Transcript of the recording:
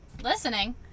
listening